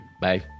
Bye